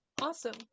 Awesome